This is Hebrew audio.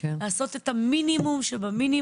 הוא לעשות את המינימום שבמינימום,